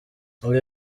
ibi